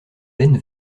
laine